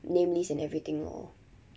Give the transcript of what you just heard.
name list and everything lor